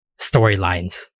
storylines